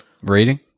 Rating